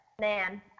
man